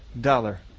dollar